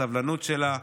בסבלנות שלה,